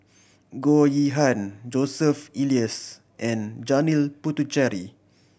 Goh Yihan Joseph Elias and Janil Puthucheary